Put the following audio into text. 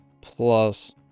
Plus